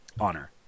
honor